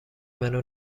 منو